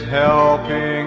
helping